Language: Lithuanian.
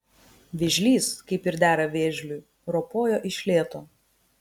vėžlys kaip ir dera vėžliui ropojo iš lėto